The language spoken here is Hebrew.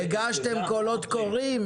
הגשתם קולות קוראים?